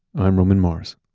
i'm roman mars